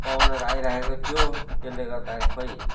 पाहुनाहरू आइराखेको थियो त्यसले गर्दाखेरि खै